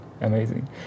amazing